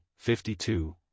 52